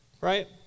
Right